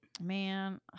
man